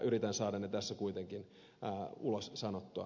yritän saada ne tässä kuitenkin ulos sanottua